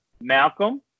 Malcolm